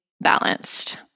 balanced